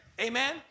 Amen